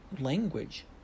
language